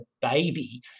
baby